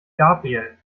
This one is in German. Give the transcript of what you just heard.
gabriel